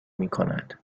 میکند